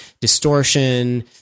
distortion